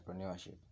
entrepreneurship